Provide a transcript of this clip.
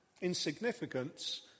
insignificance